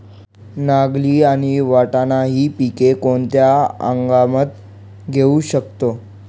नागली आणि वाटाणा हि पिके कोणत्या हंगामात घेऊ शकतो?